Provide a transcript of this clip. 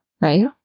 Right